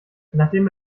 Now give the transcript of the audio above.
nachdem